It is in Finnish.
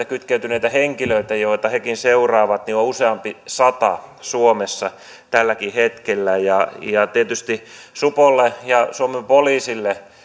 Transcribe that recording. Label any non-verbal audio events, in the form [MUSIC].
[UNINTELLIGIBLE] kytkeytyneitä henkilöitä joita hekin seuraavat on useampi sata suomessa tälläkin hetkellä tietysti supolle ja suomen poliisille